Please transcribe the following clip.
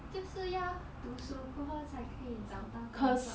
就是要读书过后才可以找到工作